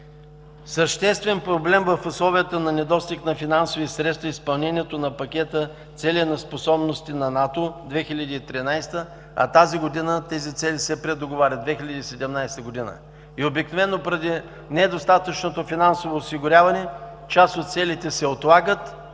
Съществен проблем в условията на недостиг на финансови средства е изпълнението на пакета „Цели за способностите на НАТО 2013 “, а тази година тези Цели се предоговарят – 2017 г. Обикновено поради недостатъчното финансово осигуряване част от Целите се отлагат,